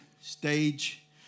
stage